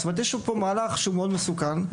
יש פה מהלך שהוא מאוד מסוכן.